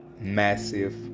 massive